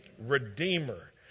Redeemer